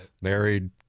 Married